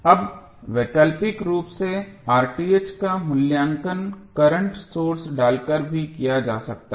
अब वैकल्पिक रूप से का मूल्यांकन करंट सोर्स डालकर भी किया जा सकता है